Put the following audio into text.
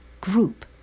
group